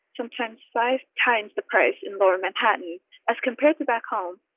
sometimes five times the price in lower manhattan as compared to back home,